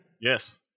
Yes